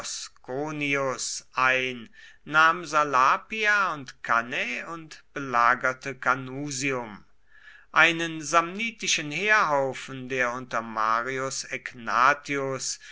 ein nahm salapia und cannae und belagerte canusium einen samnitischen heerhaufen der unter marius egnatius